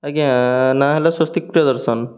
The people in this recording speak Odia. ଆଜ୍ଞା ନାଁ ହେଲା ସ୍ଵସ୍ତିକ୍ ପ୍ରିୟଦର୍ଶନ